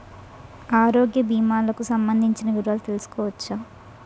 ఆరోగ్య భీమాలకి సంబందించిన వివరాలు తెలుసుకోవచ్చా?